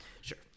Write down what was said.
sure